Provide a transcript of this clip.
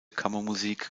kammermusik